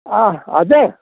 अँ हजुर